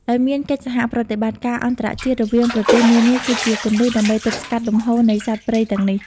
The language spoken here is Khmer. ដោយមានកិច្ចសហប្រតិបត្តិការអន្តរជាតិរវាងប្រទេសនានាគឺជាគន្លឹះដើម្បីទប់ស្កាត់លំហូរនៃសត្វព្រៃទាំងនេះ។